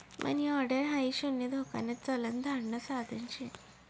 मनी order हाई शून्य धोकान चलन धाडण साधन शे